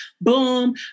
Boom